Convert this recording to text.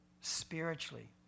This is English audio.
spiritually